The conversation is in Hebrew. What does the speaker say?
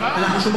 אז, בבקשה.